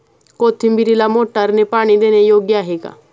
कोथिंबीरीला मोटारने पाणी देणे योग्य आहे का?